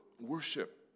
worship